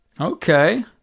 Okay